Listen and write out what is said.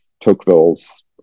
Tocqueville's